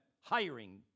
hiring